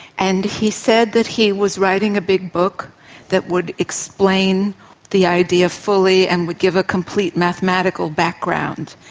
and he said that he was writing a big book that would explain the idea fully and would give a complete mathematical background.